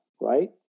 right